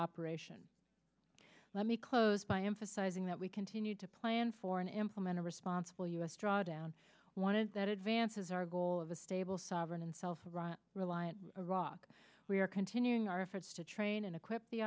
operation let me close by emphasizing that we continue to plan for an implementor responsible u s drawdown wanted that advances our goal of a stable sovereign unself iraq reliant iraq we are continuing our efforts to train and equip the